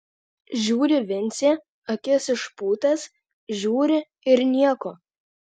žiūri vincė akis išpūtęs žiūri ir nieko